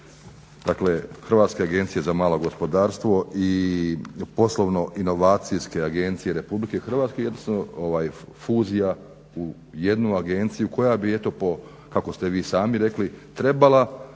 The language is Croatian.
Dakle, Hrvatske agencije za malo gospodarstvo i Poslovno inovacijske agencije RH, jednostavno fuzija u jednu agenciju koja bi eto po kako ste vi sami rekli trebala